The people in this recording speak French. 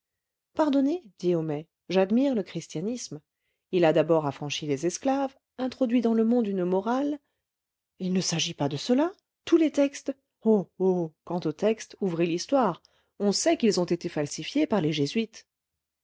pardonnez dit homais j'admire le christianisme il a d'abord affranchi les esclaves introduit dans le monde une morale il ne s'agit pas de cela tous les textes oh oh quant aux textes ouvrez l'histoire on sait qu'ils ont été falsifiés par les jésuites